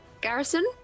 Garrison